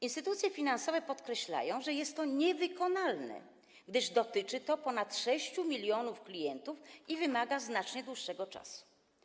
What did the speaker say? Instytucje finansowe podkreślają, że jest to niewykonalne, gdyż dotyczy to ponad 6 mln klientów i wymaga znacznie dłuższego czasu.